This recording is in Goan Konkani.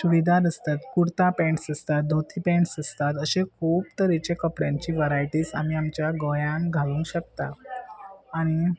चुडिदार आसतात कुर्ता पेंट्स आसतात दोती पेंट्स आसतात अशे खूब तरेचे कपड्यांची वरायटीज आमी आमच्या गोंयान घालूंक शकता आनी